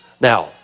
Now